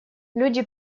люди